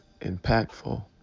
impactful